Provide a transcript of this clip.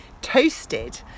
toasted